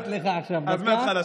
כמה לתת לך עכשיו, דקה?